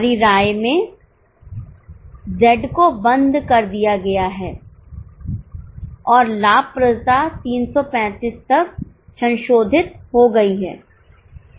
हमारी राय में Z को बंद कर दिया गया है और लाभप्रदता 335 तक संशोधित हो गई है